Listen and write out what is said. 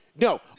no